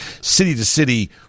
city-to-city